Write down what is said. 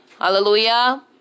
Hallelujah